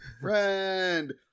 friend